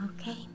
Okay